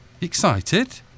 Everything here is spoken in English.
Excited